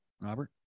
Robert